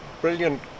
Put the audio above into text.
brilliant